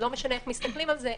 לא משנה איך מסתכלים על זה,